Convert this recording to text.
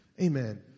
Amen